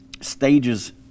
stages